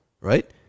right